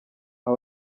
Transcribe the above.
aba